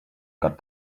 got